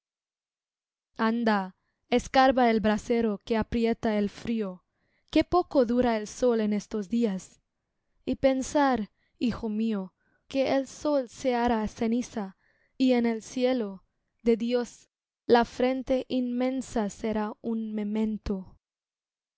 anda escarba el brasero que aprieta el frío qué poco dura el sol en estos días y pensar hijo mío que el sol se hará ceniza y en el cielo de dios la frente inmensa será un memento